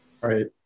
right